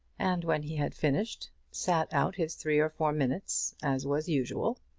and when he had finished, sat out his three or four minutes as was usual.